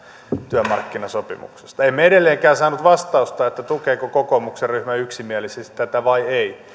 työmarkkinasopimuksesta emme edelleenkään saaneet vastausta siihen tukeeko kokoomuksen ryhmä yksimielisesti tätä vai ei